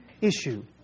issue